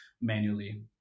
manually